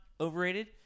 overrated